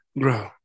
grow